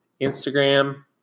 Instagram